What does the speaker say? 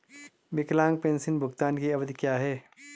विकलांग पेंशन भुगतान की अवधि क्या है?